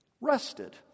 rested